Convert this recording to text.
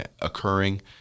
occurring